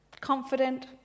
Confident